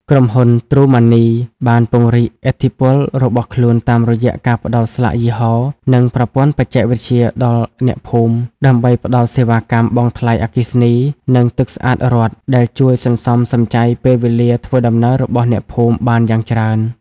ក្រុមហ៊ុន ទ្រូម៉ាន់នី បានពង្រីកឥទ្ធិពលរបស់ខ្លួនតាមរយៈការផ្ដល់ស្លាកយីហោ និងប្រព័ន្ធបច្ចេកវិទ្យាដល់អ្នកភូមិ ដើម្បីផ្ដល់សេវាកម្មបង់ថ្លៃអគ្គិសនី និងទឹកស្អាតរដ្ឋ ដែលជួយសន្សំសំចៃពេលវេលាធ្វើដំណើររបស់អ្នកភូមិបានយ៉ាងច្រើន។